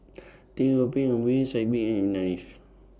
Teo Ho Pin Aw Boon Sidek Bin and Life